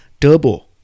turbo